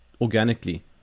organically